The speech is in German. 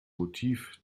motiv